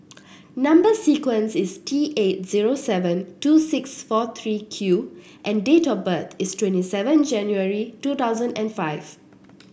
number sequence is T eight zero seven two six four three Q and date of birth is twenty seven January two thousand and five